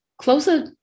Closer